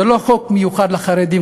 זה לא חוק מיוחד לחרדים,